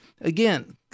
again